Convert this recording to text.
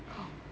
oh